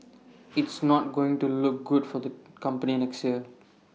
it's not going to look good for the company next year